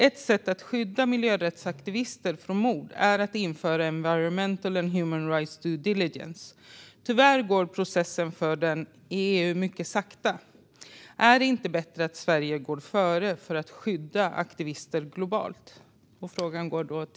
Ett sätt att skydda miljörättsaktivister från mord är att införa environmental and human rights due diligence. Tyvärr går processen för den i EU mycket sakta. Är det inte bättre att Sverige går före för att skydda aktivister globalt?